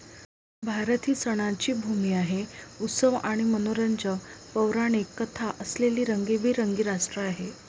भारत ही सणांची भूमी आहे, उत्सव आणि मनोरंजक पौराणिक कथा असलेले रंगीबेरंगी राष्ट्र आहे